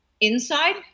inside